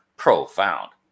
profound